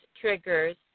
Triggers